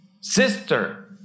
Sister